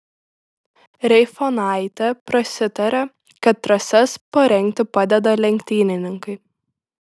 reifonaitė prasitarė kad trasas parengti padeda lenktynininkai